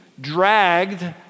dragged